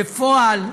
בפועל,